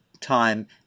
time